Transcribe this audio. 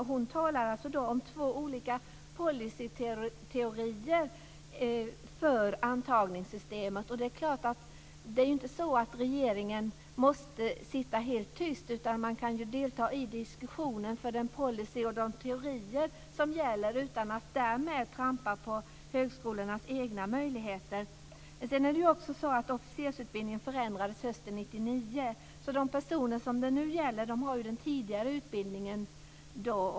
Hon talar om två olika policyteorier för antagningssystemet. Regeringen måste ju inte sitta helt tyst. Man kan delta i diskussionen om den policy och de teorier som gäller utan att därmed trampa på högskolornas egna möjligheter. Sedan är det också så att officersutbildningen förändrades hösten 1999. De personer som det nu gäller har den tidigare utbildningen.